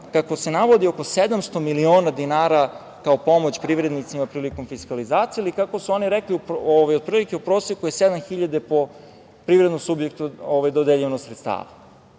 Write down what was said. kako se navodi, oko 700 miliona dinara kao pomoć privrednicima prilikom fiskalizacije, ali kako su oni rekli, u proseku je oko 7.000 po privrednom subjektu dodeljivano sredstava.